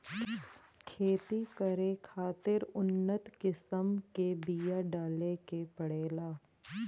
खेती करे खातिर उन्नत किसम के बिया डाले के पड़ेला